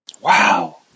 Wow